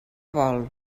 vol